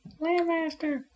Landmaster